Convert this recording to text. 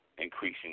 Increasing